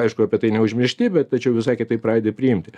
aišku apie tai neužmiršti bet tačiau visai kitaip pradedi priimti